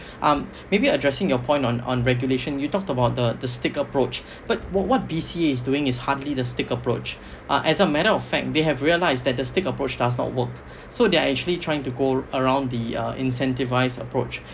um maybe addressing your point on on regulation you talked about the the stick approach but what what B_C_A is doing is hardly the stick approach uh as a matter of fact they have realised that the stick approach does not work so they're actually trying to go around the uh incentivise approach